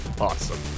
Awesome